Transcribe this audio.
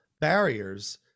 barriers